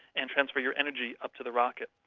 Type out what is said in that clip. and transfer your energy up to the rocket.